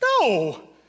No